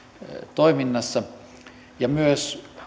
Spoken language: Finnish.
toiminnassa ja myös